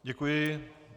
Děkuji.